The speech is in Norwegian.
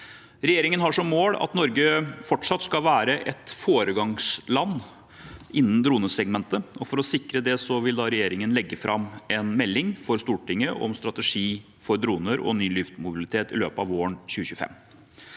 Regjeringen har som mål at Norge fortsatt skal være et foregangsland innen dronesegmentet. For å sikre det vil regjeringen i løpet av våren 2025 legge fram en melding for Stortinget om strategi for droner og ny luftmobilitet. Vi ønsker å legge